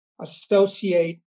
associate